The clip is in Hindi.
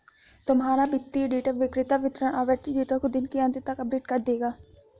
तुम्हारा वित्तीय डेटा विक्रेता वितरण आवृति डेटा को दिन के अंत तक अपडेट कर देगा